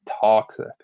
toxic